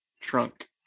trunk